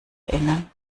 erinnern